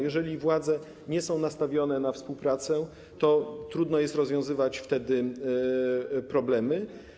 Jeżeli władze nie są nastawione na współpracę, to trudno wtedy rozwiązywać problemy.